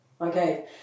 Okay